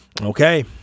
Okay